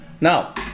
Now